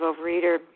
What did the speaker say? Overeater